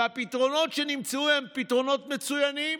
הפתרונות שנמצאו הם פתרונות מצוינים.